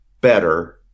better